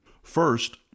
First